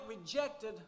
rejected